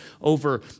over